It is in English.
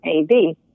AB